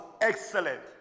excellent